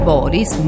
Boris